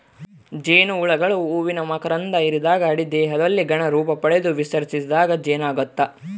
ಜೇನುಹುಳುಗಳು ಹೂವಿನ ಮಕರಂಧ ಹಿರಿದಾಗ ಅಡಿ ದೇಹದಲ್ಲಿ ಘನ ರೂಪಪಡೆದು ವಿಸರ್ಜಿಸಿದಾಗ ಜೇನಾಗ್ತದ